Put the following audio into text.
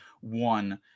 one